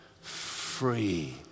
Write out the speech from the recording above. free